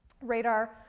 radar